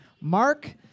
Mark